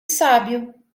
sábio